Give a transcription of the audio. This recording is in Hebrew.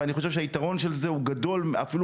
ואני חושב שהיתרון של זה הוא גדול אפילו